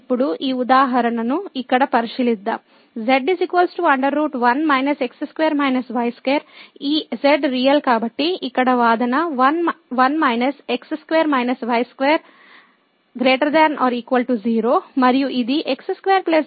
ఇప్పుడు ఈ ఉదాహరణను ఇక్కడ పరిశీలిద్దాం z 1 x2 y2 ఈ z రియల్ కాబట్టి ఇక్కడ వాదన ≥ 0 మరియు ఇది x2 y2 ≤ 1 అని సూచిస్తుంది